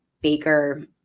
Baker